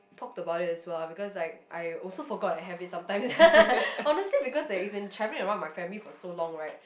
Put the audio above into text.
talked about it as well because like I also forgot I have it sometimes honestly because that it's been traveling around with my family for so long right